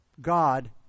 God